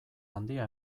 handia